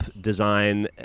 design